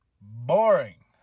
boring